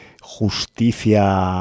justicia